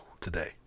today